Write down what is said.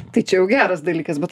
tai čia jau geras dalykas bet